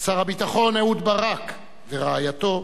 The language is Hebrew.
שר הביטחון אהוד ברק, ורעייתו,